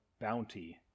bounty